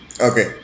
Okay